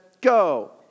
go